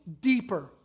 deeper